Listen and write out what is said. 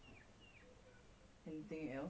mm no I think that's all for now